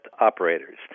operators